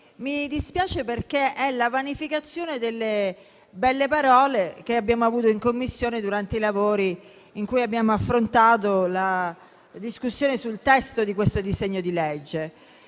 Mi dispiace, perché è la vanificazione delle belle parole che abbiamo avuto in Commissione durante i lavori in cui abbiamo affrontato la discussione sul testo di questo disegno di legge.